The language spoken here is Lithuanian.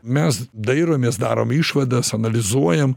mes dairomės darome išvadas analizuojam